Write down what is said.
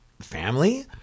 family